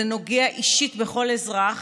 זה נוגע אישית בכל אזרח